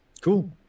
cool